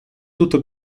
tutto